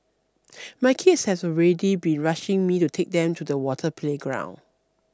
my kids have already be rushing me to take them to the water playground